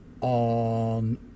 on